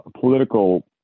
political